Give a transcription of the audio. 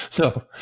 No